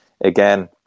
again